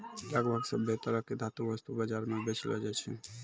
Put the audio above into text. लगभग सभ्भे तरह के धातु वस्तु बाजार म बेचलो जाय छै